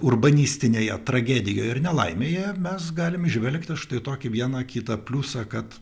urbanistinėje tragedijoje ir nelaimėje mes galim įžvelgti štai tokį vieną kitą pliusą kad